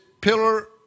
pillar